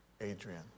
Adrian